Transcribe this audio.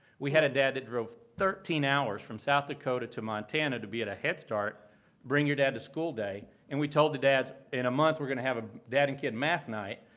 we had a dad that drove thirteen hours from south dakota to montana to be at a head start bring your dad to school day, and we told the dads, in a month we're going to have a dad and kid math night.